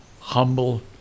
humble